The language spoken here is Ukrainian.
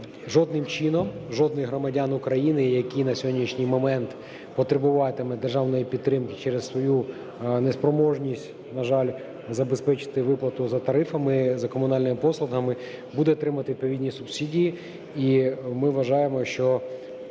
жодним чином жодний громадянин України, який на сьогоднішній момент потребуватиме державної підтримки через свою неспроможність, на жаль, забезпечити виплату за тарифами, за комунальними послугами, буде отримувати відповідні субсидії. І ми вважаємо, що